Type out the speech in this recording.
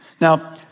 Now